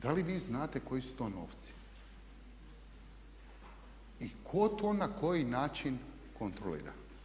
Da li vi znate koji su to novci i tko to na koji način kontrolira?